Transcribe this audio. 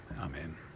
Amen